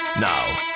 Now